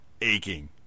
aching